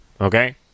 Okay